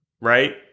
right